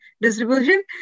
distribution